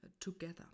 together